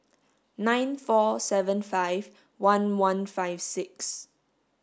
nine four seven five one one five six